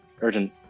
urgent